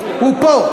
הוא פה.